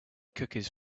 cookies